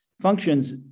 functions